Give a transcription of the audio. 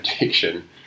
addiction